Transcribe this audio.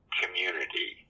community